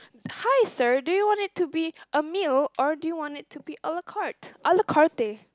hi sir do you want it to be a meal or do you want it to be ala-carte ala-carte